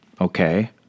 Okay